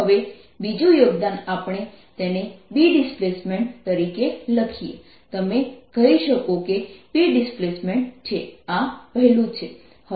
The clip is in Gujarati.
હવે બીજું યોગદાન આપણે તેને B ડિસ્પ્લેસમેન્ટ તરીકે લખીએ તમે કહી શકો કે B ડિસ્પ્લેસમેન્ટ છે આ પહેલું છે